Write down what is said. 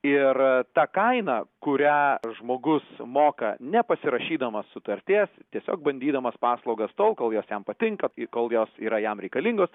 ir ta kaina kurią žmogus moka nepasirašydamas sutarties tiesiog bandydamas paslaugas tol kol jos jam patinka kol jos yra jam reikalingos